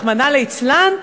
רחמנא ליצלן,